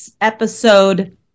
episode